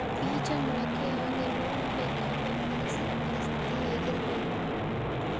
ಬೇಜ ಮೊಳಕೆಯಾಗಲು ಬೇಕಾಗುವ ಪರಿಸರ ಪರಿಸ್ಥಿತಿ ಹೇಗಿರಬೇಕು?